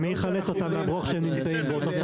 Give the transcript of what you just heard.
ומי יחלץ אותם מהברוך שהם נמצאים בו?